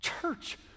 Church